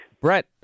brett